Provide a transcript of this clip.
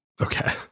Okay